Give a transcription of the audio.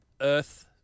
Earth